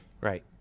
Right